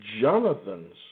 Jonathan's